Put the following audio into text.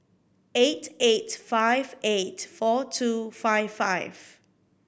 eight eight five eight four two five five